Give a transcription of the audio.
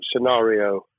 scenario